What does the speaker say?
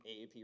AAP